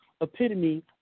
epitome